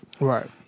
Right